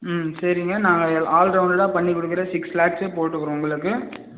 ம் சரிங்க நாங்கள் ஆல் ரவுண்டலாக பண்ணி கொடுக்குறோம் சிக்ஸ் லேக்ஸே போட்டுருக்கிறோம் உங்களுக்கு